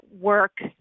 work